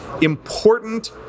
important